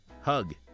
hug